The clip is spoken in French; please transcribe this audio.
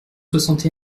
soixante